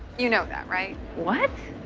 you know that, right? what?